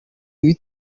w’iri